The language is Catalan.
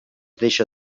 deixa